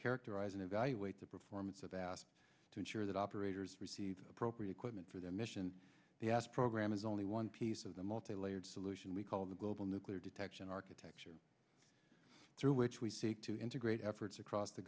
characterize and evaluate the performance of asked to ensure that operators receive appropriate quitman for their mission the asp program is only one piece of the multilayered solution we call the global nuclear detection architecture through which we seek to integrate efforts across the